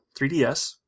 3DS